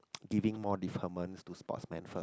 giving more deferments to sportsman first